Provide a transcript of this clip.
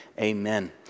amen